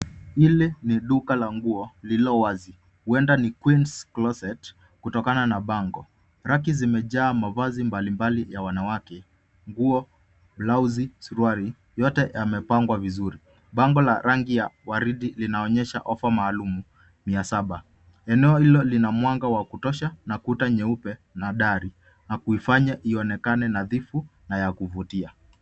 Ile ni duka la nguo lililo wazi. Huenda ni queen's closet kutokana na bango. Raki zimejaa mavazi mbalimbali ya wanawake nguo, blausi, suruali yote yamepangwa vizuri. Bango la rangi ya waridi linaonyesha offer maalum, mia saba. Eneo hilo lina mwanga wa kutosha na kuta nyeupe na dari na kuifanya ionekane nadhifu na ya kuvutia.